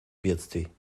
бедствий